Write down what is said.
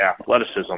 athleticism